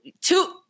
two